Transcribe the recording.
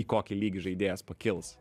kokį lygį žaidėjas pakils